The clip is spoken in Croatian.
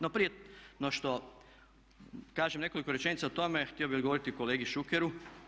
No, prije no što kažem nekoliko rečenica o tome htio bih odgovoriti kolegi Šukeru.